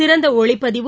சிறந்தஒளிப்பதிவு